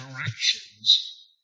actions